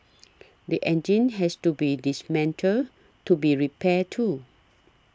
the engine has to be dismantled to be repaired too